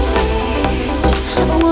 reach